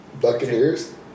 Buccaneers